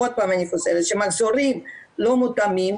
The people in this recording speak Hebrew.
עוד פעם אני חוזרת כשמחזורים לא מותאמים,